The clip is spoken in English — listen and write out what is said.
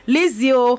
Lizio